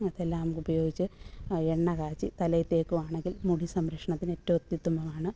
അതെല്ലം ഉപയോഗിച്ച് എണ്ണകാച്ചി തലയിൽ തേക്കുകയാണെങ്കിൽ മുടി സംരക്ഷണത്തിന് ഏറ്റവും അത്യുത്തമമാണ്